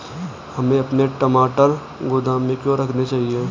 हमें अपने टमाटर गोदाम में क्यों रखने चाहिए?